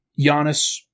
Giannis